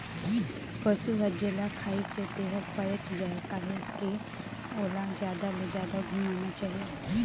पसु हर जेला खाइसे तेहर पयच जाये कहिके ओला जादा ले जादा घुमाना चाही